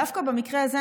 דווקא במקרה הזה,